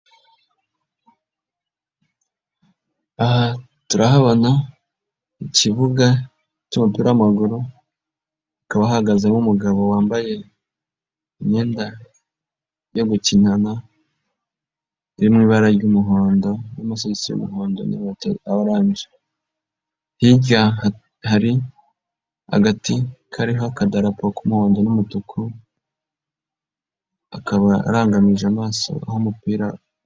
Aha turahabona ikibuga cy'umupira w'amaguru, hakaba hahagazemo umugabo wambaye imyenda yo gukinana, iri mu ibara ry'umuhondo n'amasogisi y'umuhondo, n'inkweto za orange. Hirya hari agati kariho akadarapo k'umuhondo n'umutuku, akaba arangamije amaso Aho umupira...